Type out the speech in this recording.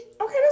Okay